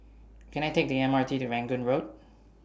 Can I Take The M R T to Rangoon Road